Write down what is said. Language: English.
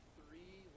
three